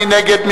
מי נגד?